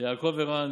יעקב ערן,